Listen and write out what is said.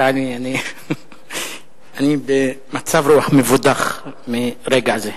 תעלי, אני במצב רוח מבודח מרגע זה.